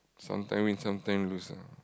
sometime win sometime lose ah